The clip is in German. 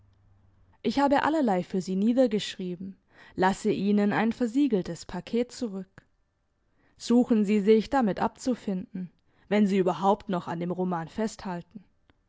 ich habe allerlei für sie niedergeschrieben lasse ihnen ein versiegeltes paket zurück suchen sie sich damit abzufinden wenn sie überhaupt noch an dem roman festhalten